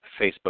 Facebook